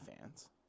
fans